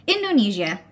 Indonesia